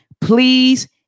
please